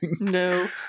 No